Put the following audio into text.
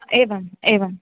एवम् एवम्